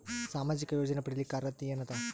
ಸಾಮಾಜಿಕ ಯೋಜನೆ ಪಡಿಲಿಕ್ಕ ಅರ್ಹತಿ ಎನದ?